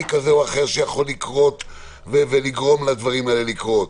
כזה או אחר שיכול לקרות ולגרום לדברים האלה לקרות,